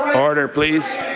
order, please.